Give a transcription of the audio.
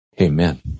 Amen